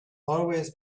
always